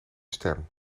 stem